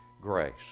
grace